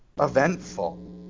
eventful